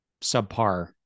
subpar